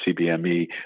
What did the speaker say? CBME